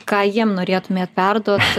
ką jiem norėtumėt perduoti